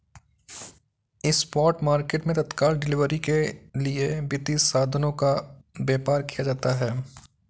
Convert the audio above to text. spot market मैं तत्काल delivery के लिए वित्तीय साधनों का व्यापार किया जाता है